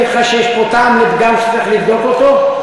אתך שיש פה טעם לפגם שצריך לבדוק אותו,